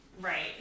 Right